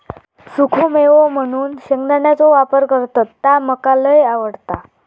सुखो मेवो म्हणून शेंगदाण्याचो वापर करतत ता मका लय आवडता